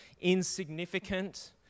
insignificant